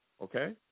okay